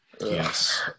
Yes